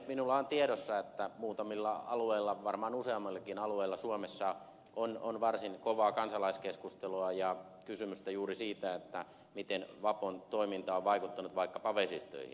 minulla on tiedossa että muutamilla alueilla varmaan useammillakin alueilla suomessa on varsin kovaa kansalaiskeskustelua ja kysymystä juuri siitä miten vapon toiminta on vaikuttanut vaikkapa vesistöihin